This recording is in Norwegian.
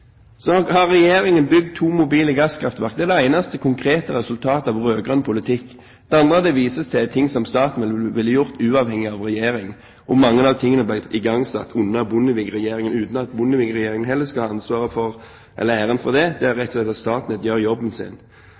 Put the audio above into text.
Så har Regjeringen bygd to mobile gasskraftverk. Det er det eneste konkrete resultatet av rød-grønn politikk. Det andre det vises til, er ting som staten ville ha gjort, uavhengig av regjering. Og mye av dette ble igangsatt under Bondevik-regjeringen, uten at Bondevik-regjeringen skal ha ansvaret – eller æren – for det. Det er rett og slett slik at Statnett gjør jobben sin.